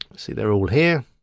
see they're all here.